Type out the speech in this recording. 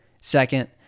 Second